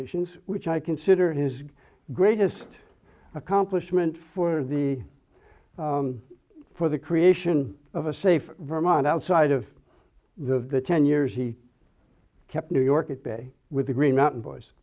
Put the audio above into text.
ations which i consider his greatest accomplishment for the for the creation of a safe vermont outside of the ten years he kept new york at bay with the green mountain